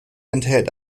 enthält